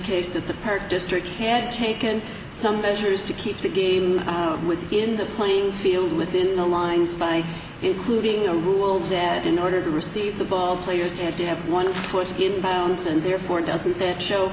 case that the park district had taken some measures to keep the game out within the playing field within the lines by including a rule that in order to receive the ball players have to have one foot in bounds and therefore doesn't that show